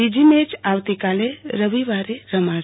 બીજી મેચ આવતીકાલે રવિવારે રમાશે